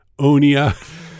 Onia